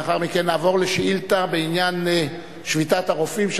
לאחר מכן נעבור לשאילתא בעניין שביתת הרופאים,